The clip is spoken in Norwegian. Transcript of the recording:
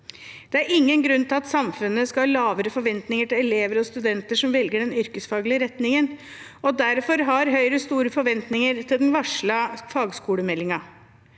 Det er ingen grunn til at samfunnet skal ha lavere forventninger til elever og studenter som velger den yrkesfaglige retningen. Derfor har Høyre store forventninger til den varslede fagskolemeldingen.